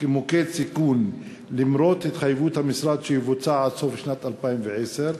כמוקד סיכון למרות התחייבות המשרד שהדבר יבוצע עד סוף שנת 2010,